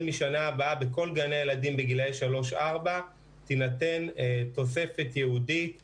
גני הילדים בגילי 4-3 תינתן תוספת ייעודית לשילוב,